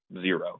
zero